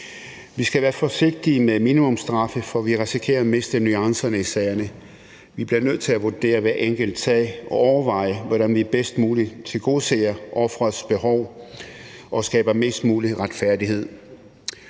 Vi skal være forsigtige med minimumsstraffe, for vi risikerer at miste nuancerne i sagerne. Vi bliver nødt til at vurdere hver enkelt sag og overveje, hvordan vi bedst muligt tilgodeser offerets behov og skaber mest mulig retfærdighed.